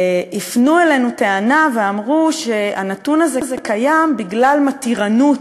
הפנו אלינו טענה ואמרו שהנתון הזה קיים בגלל "מתירנות"